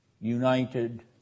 united